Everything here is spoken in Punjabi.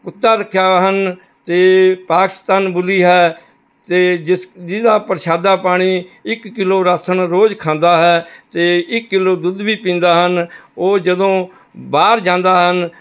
ਕੁੱਤਾ ਰੱਖਿਆ ਹੋਇਆ ਹਨ ਅਤੇ ਪਾਕਿਸਤਾਨ ਬੁਲੀ ਹੈ ਅਤੇ ਜਿਸ ਜਿਸ ਦਾ ਪ੍ਰਸ਼ਾਦਾ ਪਾਣੀ ਇੱਕ ਕਿੱਲੋ ਰਾਸਨ ਰੋਜ਼ ਖਾਂਦਾ ਹੈ ਅਤੇ ਇੱਕ ਕਿੱਲੋ ਦੁੱਧ ਵੀ ਪੀਂਦਾ ਹਨ ਉਹ ਜਦੋਂ ਬਾਹਰ ਜਾਂਦਾ ਹਨ